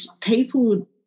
people